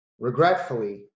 regretfully